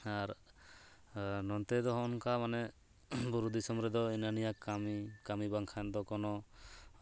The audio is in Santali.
ᱟᱨ ᱱᱚᱱᱛᱮ ᱫᱚ ᱱᱚᱜᱼᱚ ᱱᱚᱝᱠᱟ ᱢᱟᱱᱮ ᱵᱩᱨᱩ ᱫᱤᱥᱚᱢ ᱨᱮ ᱫᱚ ᱦᱤᱱᱟᱹᱱᱤᱭᱟᱹ ᱠᱟᱹᱢᱤ ᱠᱟᱹᱢᱤ ᱵᱟᱝᱠᱷᱟᱱ ᱫᱚ ᱠᱚᱱᱚ